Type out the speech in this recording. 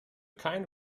kein